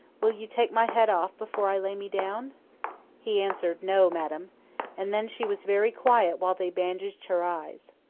will you take my head off before i lay me down he answered, no, madam and then she was very quiet while they bandaged her eyes.